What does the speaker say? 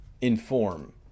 Inform